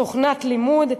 כתיבת תוכנית לימוד,